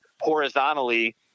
horizontally